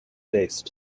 based